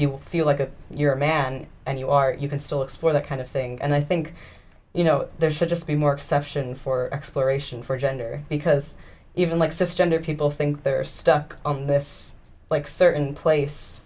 you feel like you're a man and you are you can still explore that kind of thing and i think you know there should just be more exception for exploration for gender because even like sr people think they're stuck on this like certain place